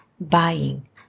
buying